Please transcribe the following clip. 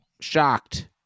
shocked